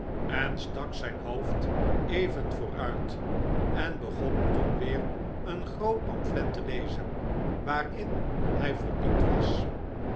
en stak zijn hoofd even vooruit en begon toen weer een groot pamflet te lezen waarin hij verdiept was